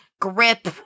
grip